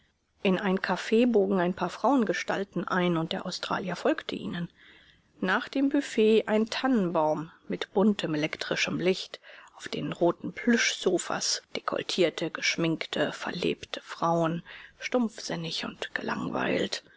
in ein cafe bogen ein paar frauengestalten ein und der australier folgte ihnen neben dem büfett ein tannenbaum mit buntem elektrischem licht auf den roten plüschsofas dekolletierte geschminkte verlebte frauen stumpfsinnig und gelangweilt